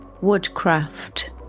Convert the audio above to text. Woodcraft